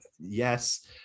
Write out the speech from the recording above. yes